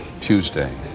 Tuesday